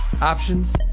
options